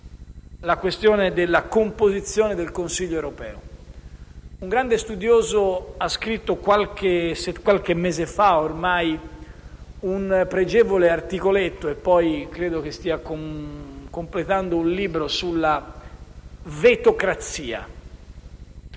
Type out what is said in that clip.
la questione della composizione del Consiglio europeo. Un grande studioso ha scritto, qualche mese fa ormai, un pregevole articoletto sulla vetocrazia. Credo che ora stia completando un libro. È uno